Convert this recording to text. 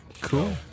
Cool